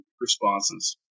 responses